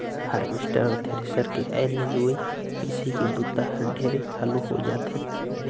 harvester अउ thresher के आए ले लुवई, मिंसई के बूता हर ढेरे हालू हो जाथे